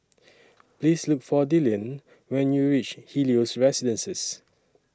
Please Look For Dillion when YOU REACH Helios Residences